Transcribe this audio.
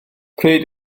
pryd